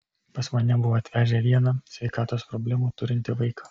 pas mane buvo atvežę vieną sveikatos problemų turintį vaiką